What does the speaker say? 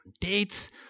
dates